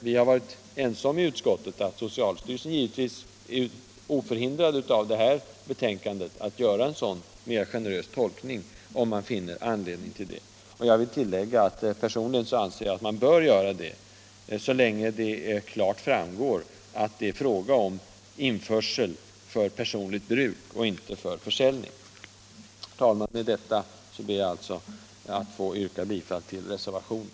Vi har i utskottet varit ense om att socialstyrelsen givetvis fortfarande är oförhindrad att göra en sådan mera generös tolkning om man finner anledning härtill. Jag vill tillägga att jag anser att så bör ske så länge det klart framgår att det är fråga om införsel för personligt bruk och inte för försäljning. Herr talman! Med detta ber jag att få yrka bifall till reservationen.